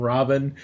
Robin